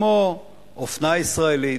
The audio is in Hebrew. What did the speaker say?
כמו אופנה ישראלית,